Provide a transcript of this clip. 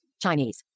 Chinese